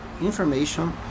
information